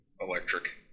electric